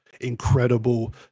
incredible